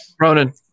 Ronan